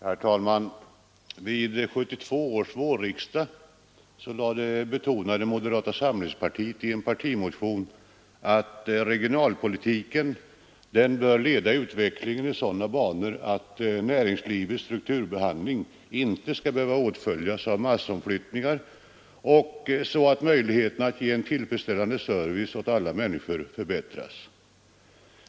Herr talman! Vid 1972 års vårriksdag betonade moderaterna i en partimotion att regionalpolitiken bör leda utvecklingen i sådana banor att näringslivets strukturomvandling inte skall behöva åtföljas av massomflyttningar och att möjligheterna att ge en tillfredsställande service åt alla människor förbättras.